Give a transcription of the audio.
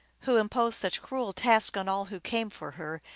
who imposed such cruel tasks on all who came for her,